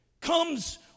comes